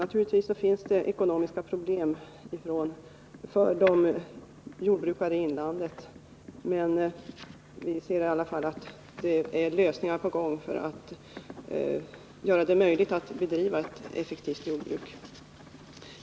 Naturligtvis har jordbrukarna i inlandet ekonomiska problem, men man arbetar på lösningar som skall göra det möjligt att bedriva ett effektivt jordbruk.